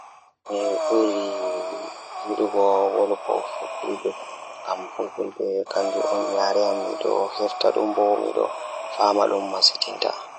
Mi waɗa waɗaande e Pulaar e Hausa ɗum goɗɗum waɗata njiddaade fiyaangu e ngal e nguurndam ngal. Mi waɗataa njangol ngal ngal ngam ɗum ngal njidaade njam rewɓe ngal ngal.